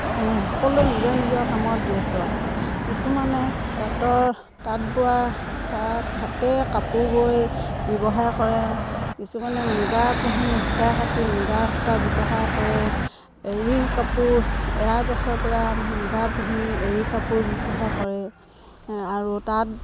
সকলোৱে নিজৰ নিজৰ কামত ব্যস্ত কিছুমানে তাঁতৰ তাঁত বোৱা তাঁত হাতেৰে কাপোৰ বৈ ব্যৱহাৰ কৰে কিছুমানে মুগা পুহি সূতা কাটি মুগাৰ সূতা ব্যৱহাৰ কৰে এড়ী কাপোৰ এৰা গছৰ পৰা মুগা পুহি এড়ী কাপোৰ ব্যৱহাৰ কৰে আৰু তাঁত